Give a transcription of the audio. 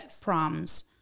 proms